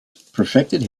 perfected